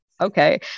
Okay